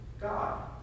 God